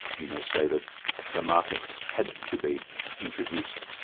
you may say, that the market had to be introduced.